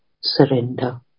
surrender